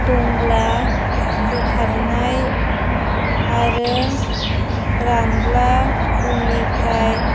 दंब्ला बोखारनाय आरो रानब्ला उननिफ्राय